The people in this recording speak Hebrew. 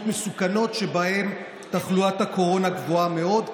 מסוכנות שבהן תחלואת הקורונה גבוהה מאוד,